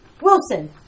Wilson